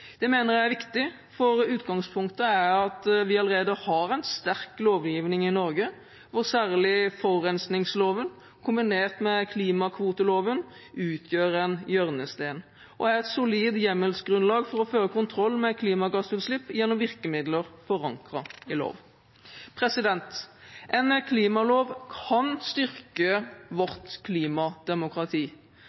Det mener jeg er viktig, for utgangspunktet er at vi allerede har en sterk lovgivning i Norge, hvor særlig forurensningsloven kombinert med klimakvoteloven utgjør en hjørnesten og er et solid hjemmelsgrunnlag for å føre kontroll med klimagassutslipp gjennom virkemidler forankret i lov. En klimalov kan styrke vårt klimademokrati.